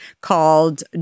called